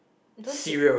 don't you